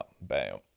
bam